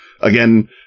again